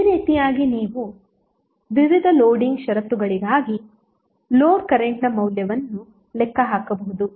ಈ ರೀತಿಯಾಗಿ ನೀವು ವಿವಿಧ ಲೋಡಿಂಗ್ ಷರತ್ತುಗಳಿಗಾಗಿ ಲೋಡ್ ಕರೆಂಟ್ ನ ಮೌಲ್ಯವನ್ನು ಲೆಕ್ಕ ಹಾಕಬಹುದು